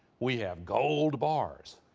we have gold bars.